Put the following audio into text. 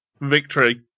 Victory